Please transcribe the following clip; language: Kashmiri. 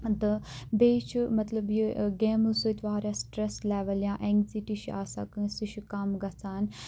تہٕ بیٚیہِ چھُ مطلب یہِ گیمٕز سۭتۍ واریاہ سِٹریس لیٚوٕل یا ایٚزایٹی چھِ آسان کٲنٛسہِ سُہ چھُ کَم گَژھان